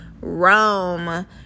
Rome